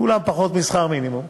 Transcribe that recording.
כולם פחות משכר מינימום,